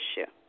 issue